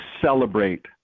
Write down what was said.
celebrate